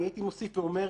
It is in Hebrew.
אני הייתי מוסיף ואומר,